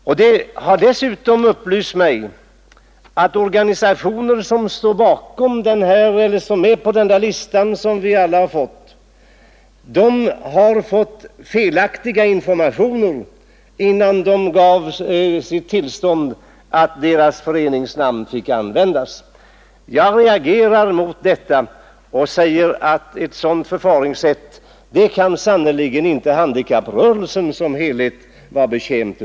Dessutom har det upplysts mig att organisationer, som står med på den lista som vi alla har fått, har erhållit felaktiga informationer, innan de gav sitt tillstånd till att deras föreningsnamn fick användas. Jag reagerar mot detta och anser att handikapprörelsen som helhet sannerligen inte kan vara betjänt av ett sådant förfaringssätt.